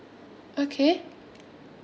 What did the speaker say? okay